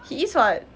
he is [what]